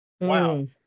Wow